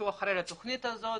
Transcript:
שהוא אחראי על התוכנית הזאת,